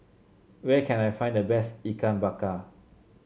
where can I find the best Ikan Bakar